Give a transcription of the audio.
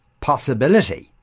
possibility